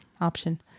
option